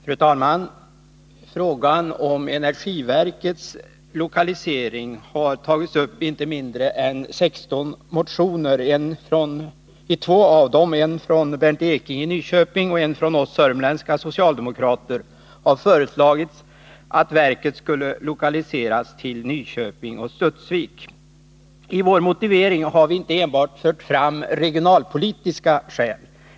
Fru talman! Frågan om energiverkets lokalisering har tagits upp i inte mindre än 16 motioner. I två motioner, en från Bernt Ekinge i Nyköping och en från oss sörmländska socialdemokrater, har föreslagits att verket skall lokaliseras till Nyköping och Studsvik. I vår motivering har vi inte enbart framfört regionalpolitiska skäl.